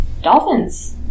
Dolphins